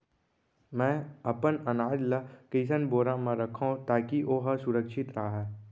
मैं अपन अनाज ला कइसन बोरा म रखव ताकी ओहा सुरक्षित राहय?